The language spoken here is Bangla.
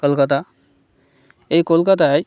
কলকাতা এই কলকাতায়